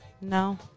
No